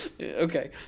okay